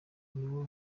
nawe